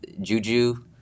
Juju